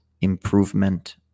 improvement